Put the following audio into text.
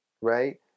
right